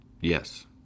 Yes